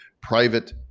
private